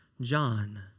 John